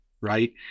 right